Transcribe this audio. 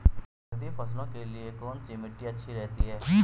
नकदी फसलों के लिए कौन सी मिट्टी अच्छी रहती है?